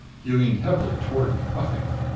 he leaned heavily toward me, puffing.